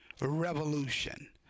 Revolution